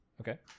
Okay